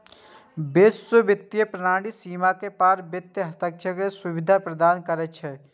वैश्विक वित्तीय प्रणाली सीमा के पार वित्त हस्तांतरण के सुविधा प्रदान करै छै